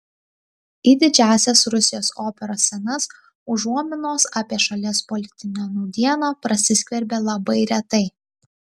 į didžiąsias rusijos operos scenas užuominos apie šalies politinę nūdieną prasiskverbia labai retai